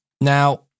Now